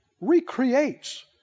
recreates